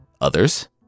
Others